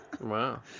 Wow